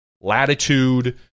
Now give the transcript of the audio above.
Latitude